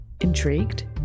Intrigued